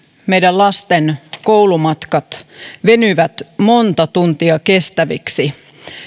meillä lasten koulumatkat venyvät monta tuntia kestäviksi